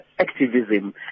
activism